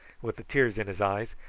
with the tears in his eyes.